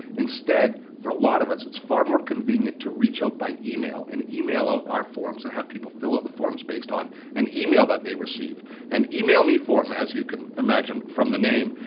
instead for a lot of us, it's far more convenient to reach out for email and email out our forms and have people fill out the forms based on an email that they've received and emailmeform as you can imagine from the name,